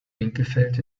winkelfeld